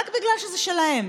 רק בגלל שזה שלהם.